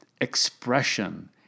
Expression